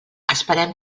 esperem